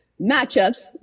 matchups